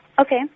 Okay